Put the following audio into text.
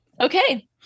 Okay